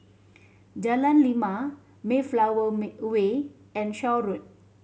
Jalan Lima Mayflower Way and Shaw Road